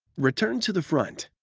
return to the front.